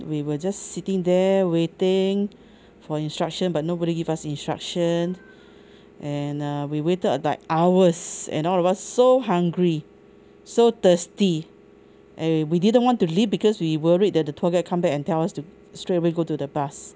we were just sitting there waiting for instruction but nobody give us instruction and uh we waited like hours and all of us so hungry so thirsty and we didn't want to leave because we worried that the tour guide come back and tell us to straight away go to the bus